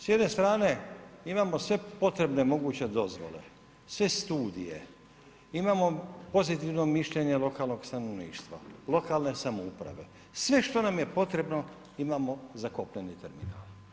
S jedne strane imamo sve potrebne moguće dozvole, sve studije, imamo pozitivno mišljenje lokalnog stanovništva, lokalne samouprave, sve što nam je potrebno imamo za kopneni terminal.